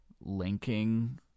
linking